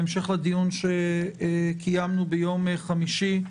בהמשך לדיון שקיימנו ביום חמישי,